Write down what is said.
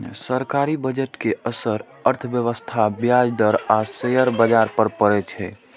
सरकारी बजट के असर अर्थव्यवस्था, ब्याज दर आ शेयर बाजार पर पड़ै छै